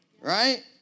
Right